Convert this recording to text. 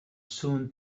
soon